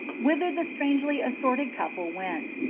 whither the strangely assorted couple went.